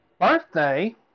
birthday